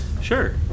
Sure